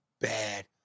bad